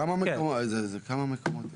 כמה מקומות יש?